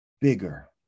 bigger